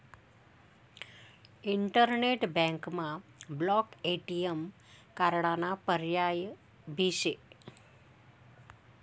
internet बँकमा block ATM कार्डाना पर्याय भी शे